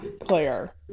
Claire